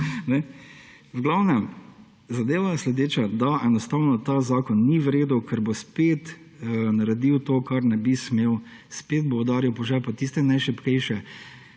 glavnem, zadeva je sledeča, da enostavno ta zakon ni v redu, ker bo spet naredil to, kar ne bi smel. Spet bo udaril po žepu tiste najšibkejše